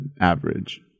average